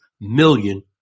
million